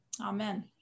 Amen